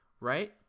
right